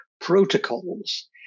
protocols